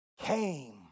came